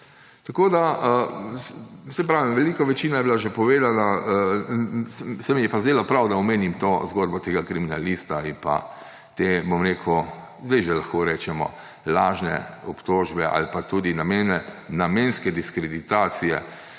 takoj obtoževati. Velika večina je bila že povedana, se mi je pa zdelo prav, da omenim to zgodbo tega kriminalista in pa te, sedaj že lahko rečemo, lažne obtožbe ali pa tudi namenske diskreditacije,